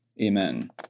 Amen